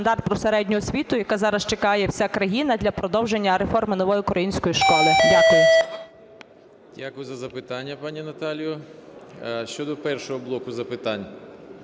Дякую за запитання, пані Наталія. Щодо першого блоку запитань.